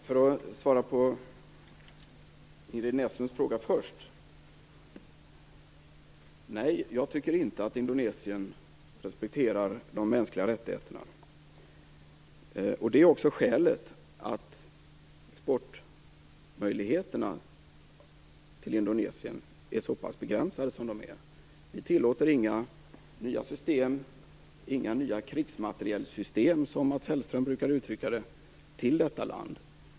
Fru talman! För att svara på Ingrid Näslunds fråga först: Nej, jag tycker inte att Indonesien respekterar de mänskliga rättigheterna. Det är också skälet till att exportmöjligheterna till Indonesien är så pass begränsade som de är. Vi tillåter inga nya system, inga nya krigsmaterielsystem, som Mats Hellström brukade uttrycka det, till detta land.